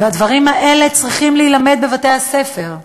והדברים האלה צריכים להילמד בבתי-הספר.